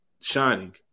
shining